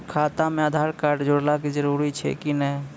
खाता म आधार कार्ड जोड़वा के जरूरी छै कि नैय?